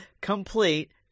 complete